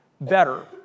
better